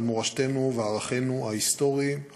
על מורשתנו וערכינו ההיסטוריים,